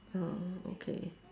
orh okay